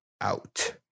out